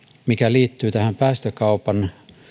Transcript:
mikä liittyy tähän päästökaupan